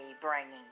bringing